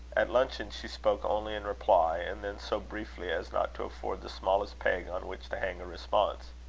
at luncheon she spoke only in reply and then so briefly, as not to afford the smallest peg on which to hang a response.